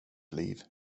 liv